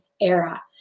Era